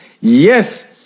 yes